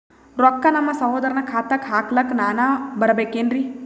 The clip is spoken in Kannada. ರೊಕ್ಕ ನಮ್ಮಸಹೋದರನ ಖಾತಾಕ್ಕ ಹಾಕ್ಲಕ ನಾನಾ ಬರಬೇಕೆನ್ರೀ?